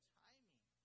timing